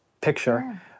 picture